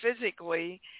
physically